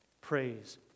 Praise